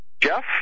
Jeff